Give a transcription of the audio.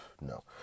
No